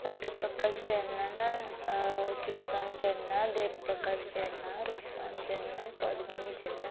ସତ୍ୟ ପ୍ରକାଶ ଜେନା ଆଉ କିଶାନ ଜେନା ଦେବ ପ୍ରକାଶ ଜେନା ରୁଫାନ୍ ଜେନା ପଦ୍ମିନୀ ଜେନା